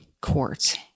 court